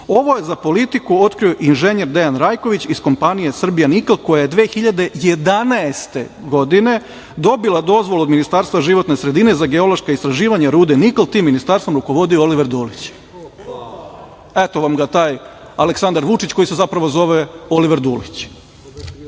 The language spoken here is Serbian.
Ovo je za „Politiku“ otkrio inženjer Dejan Rajković iz kompanije „Srbija nikl“ koja je 2011. godine dobila dozvolu od Ministarstva životne sredine za geološka istraživanja rude nikl. Tim ministarstvom rukovodio je Oliver Dulić. Eto vam ga taj Aleksandar Vučić koji se zapravo zove Oliver Dulić. Na